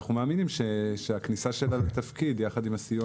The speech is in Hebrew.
ואנחנו מאמינים שהכניסה שלה לתפקיד יחד עם הסיוע